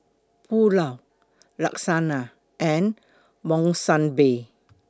Pulao Lasagna and Monsunabe